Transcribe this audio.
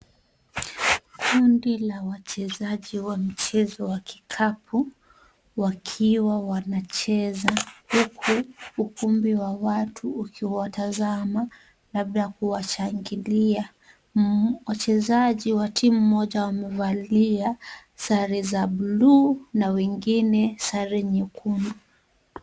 Kundi la wachezaji wa mchezo wa kikapu, wakiwa wanacheza huku ukumbi wa watu ukiwatazama labda kuwashangilia. Wachezaji wa timu moja wamevalia sare za blue na wengine sare nyekundu.